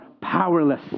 powerless